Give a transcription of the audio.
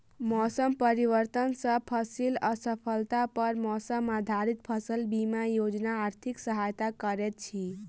मौसम परिवर्तन सॅ फसिल असफलता पर मौसम आधारित फसल बीमा योजना आर्थिक सहायता करैत अछि